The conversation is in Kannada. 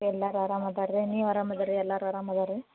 ಎಲ್ಲರೂ ಆರಾಮ ಇದ್ದಾರ್ ರೀ ನೀವು ಆರಾಮ ಇದ್ದೀರ ರೀ ಎಲ್ಲರೂ ಆರಾಮ ಇದ್ದಾರ್ ರೀ